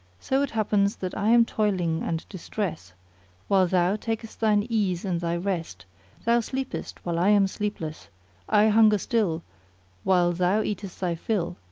so it happens that i am toiling and distress while thou takest thine ease and thy rest thou sleepest while i am sleepless i hunger still while thou eatest thy fill,